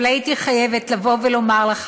היושב-ראש